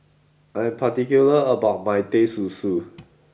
I am particular about my Teh Susu